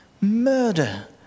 murder